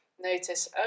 notice